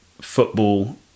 football